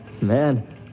Man